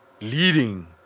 leading